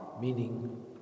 meaning